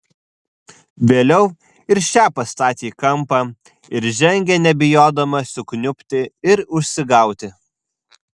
vėliau ir šią pastatė į kampą ir žengė nebijodama sukniubti ir užsigauti